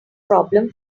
problem